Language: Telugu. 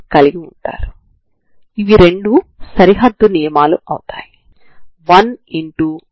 రెండవది రెండవ సరిహద్దు నియమం u2tx00 ని ఇస్తుంది